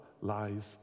lies